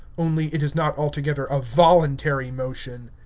only it is not altogether a voluntary motion.